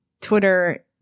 Twitter